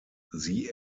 sie